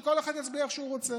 שכל אחד יצביע איך שהוא רוצה?